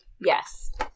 Yes